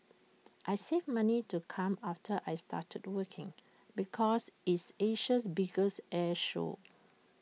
I saved money to come after I started working because it's Asia's biggest air show